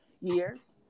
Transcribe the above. years